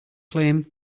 claim